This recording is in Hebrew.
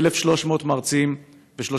אדוני.